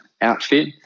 outfit